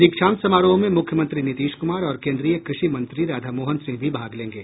दीक्षांत समारोह में मुख्यमंत्री नीतीश कुमार और केन्द्रीय कृषि मंत्री राधामोहन सिंह भी भाग लेंगे